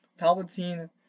Palpatine